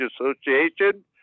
Association